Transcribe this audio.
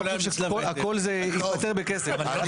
אני